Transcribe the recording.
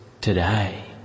today